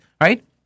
right